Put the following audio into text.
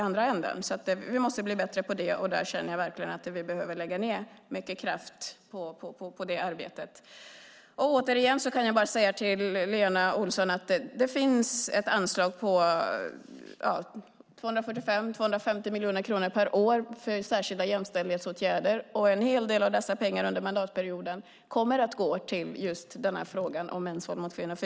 Vi måste alltså bli bättre på det arbetet, och jag känner att vi verkligen behöver lägga ned mycket kraft på det. Jag kan återigen säga till Lena Olsson att det finns ett anslag på 245-250 miljoner kronor per år för särskilda jämställdhetsåtgärder. En hel del av dessa pengar kommer under mandatperioden att gå till arbetet mot mäns våld mot kvinnor.